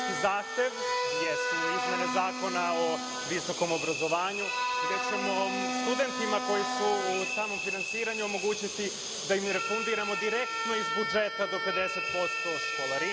studentski zahtev jesu izmene Zakona o visokom obrazovanju, gde ćemo studentima koji su samofinansirajući omogućiti da im refundiramo direktno iz budžeta do 50% školarine,